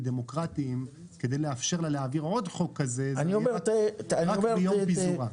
דמוקרטיים כדי לאפשר לה להעביר עוד חוק כזה - מיום פיזורה.